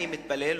אני מתפלא,